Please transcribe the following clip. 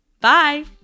Bye